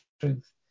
truth